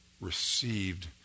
received